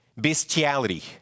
bestiality